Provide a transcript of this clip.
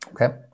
okay